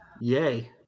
Yay